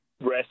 rest